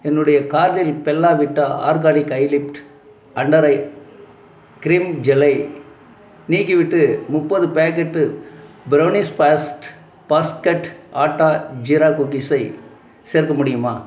என்னுடைய கார்ட்டில் Bella Vita organic eye lift under eye cream ஜெல்லை நீக்கிவிட்டு முப்பது packet brownies fast basket atta jeera குக்கீஸை சேர்க்க முடியுமா